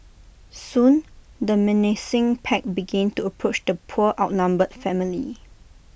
soon the menacing pack begin to approach the poor outnumbered family